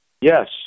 Yes